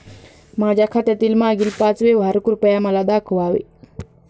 माझ्या खात्यातील मागील पाच व्यवहार कृपया मला दाखवावे